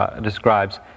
describes